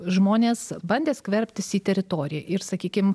žmonės bandė skverbtis į teritoriją ir sakykim